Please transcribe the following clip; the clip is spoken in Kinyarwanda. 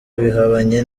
bihabanye